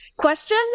question